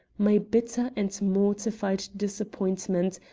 my bitter and mortified disappointment,